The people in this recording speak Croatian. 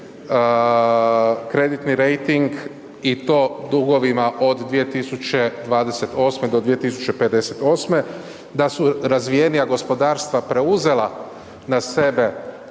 kreditni rejting i to dugovima od 2028.-2058., da su razvijenija gospodarstva preuzela na sebe